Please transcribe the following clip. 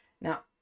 Now